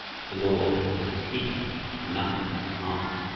the lord would be his keeper and nothing could harm him.